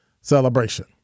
celebration